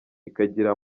ikagira